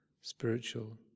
spiritual